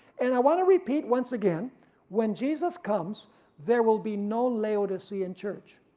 and i want to repeat once again when jesus comes there will be no laodicean church,